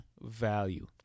value